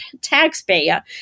taxpayer